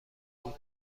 بود